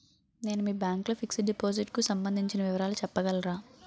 నేను మీ బ్యాంక్ లో ఫిక్సడ్ డెపోసిట్ కు సంబందించిన వివరాలు చెప్పగలరా?